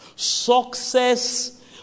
Success